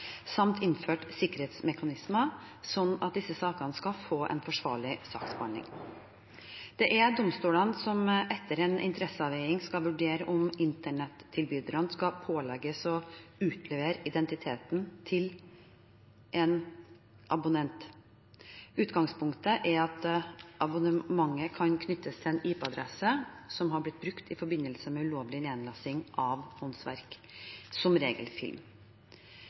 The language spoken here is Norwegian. samt innført sikkerhetsmekanismer slik at disse sakene skal få en forsvarlig saksbehandling. Det er domstolene som etter en interesseavveining skal vurdere om internettilbyderne skal pålegges å utlevere identiteten til en abonnent. Utgangspunktet er at abonnementet kan knyttes til en IP-adresse som har blitt brukt i forbindelse med ulovlig nedlasting av åndsverk, som regel film.